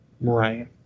Right